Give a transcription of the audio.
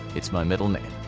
it's my middle name.